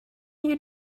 you